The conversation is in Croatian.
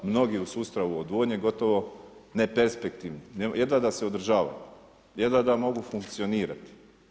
Mnogi u sustavu odvodnje gotovo ne perspektivno, jedva da se održava, jedva da mogu funkcionirati.